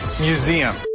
museum